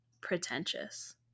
pretentious